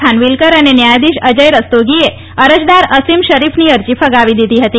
ખાનવીલકર અને ન્યાયાધીશ અજય રસ્તોગીએ અરજદાર અસીમ શરીફની અરજી ફગાવી દીધી હતી